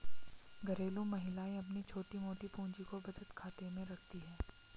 घरेलू महिलाएं अपनी छोटी मोटी पूंजी को बचत खाते में रखती है